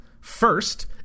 First